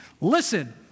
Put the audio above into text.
listen